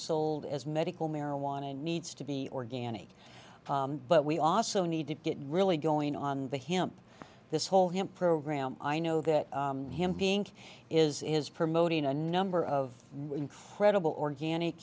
sold as medical marijuana and needs to be organic but we also need to get really going on the him this whole him program i know that him being is is promoting a number of incredible organic